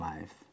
Life